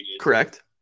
Correct